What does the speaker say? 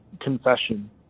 confession